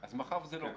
מאחר וזה לא כך,